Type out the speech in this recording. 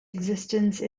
existence